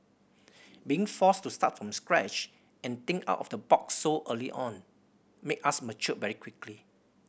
being forced to start from scratch and think out of the box so early on made us mature very quickly